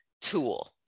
tool